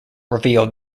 revealed